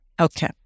Okay